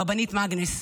הרבנית מגנס.